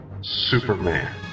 Superman